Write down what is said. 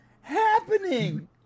happening